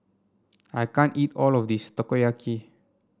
I can't eat all of this Takoyaki